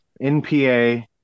NPA